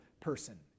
person